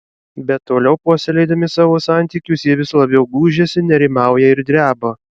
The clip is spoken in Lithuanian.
bet toliau puoselėdami savo santykius jie vis labiau gūžiasi nerimauja ir dreba